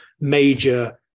major